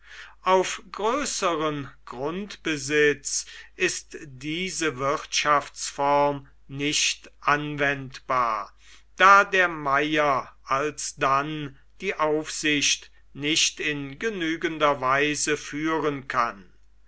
auf größeren grundbesitz ist diese wirtschaftsform nicht anwendbar da der meier alsdann die aufsicht nicht in genügender weise führen kann